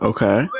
Okay